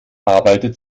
arbeitet